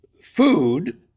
food